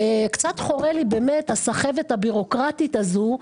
וקצת חורה לי באמת הסחבת הבירוקרטית הזאת,